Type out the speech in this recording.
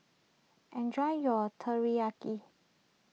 enjoy your Teriyaki